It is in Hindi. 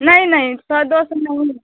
नहीं नहीं सौ दो सौ नहीं